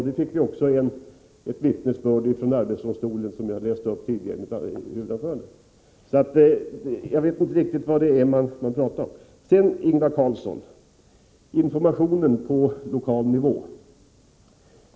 Det fick vi också ett vittnesbörd om från arbetsdomstolen som jag läste upp i mitt huvudanförande. Så jag vet inte riktigt vad det är man pratar om. Så ett par ord till Ingvar Karlsson i Bengtsfors om informationen på lokal nivå.